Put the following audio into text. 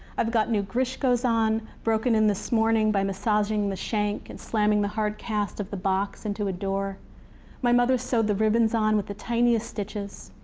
i've got new grishkos on, broken in this morning by massaging the shank and slamming the hard cast of the box into a door my mother sewed the ribbons on with the tiniest stitches.